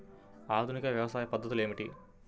ఆధునిక వ్యవసాయ పద్ధతులు ఏమిటి?